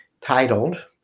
titled